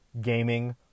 gaming